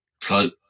close